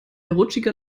rutschiger